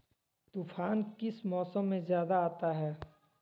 तूफ़ान किस मौसम में ज्यादा आता है?